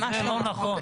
זה לא נכון.